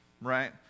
right